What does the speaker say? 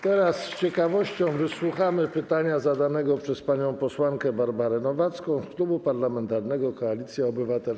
Teraz z ciekawością wysłuchamy pytania zadanego przez panią posłankę Barbarę Nowacką z Klubu Parlamentarnego Koalicja Obywatelska.